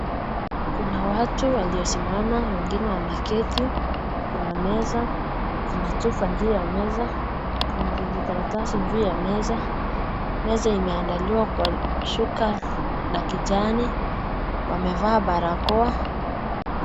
Kuna watu waliosimama. Wengine wameketi. Kuna meza. Kuna chupa juu ya meza. Kuna vijikaratasi juu ya meza. Meza imeandaliwa kwa shuka la kijani. Wamevaa barakoa.